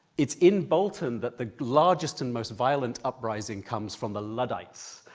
it's in bolton that the largest and most violent uprising comes from the luddites,